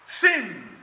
sin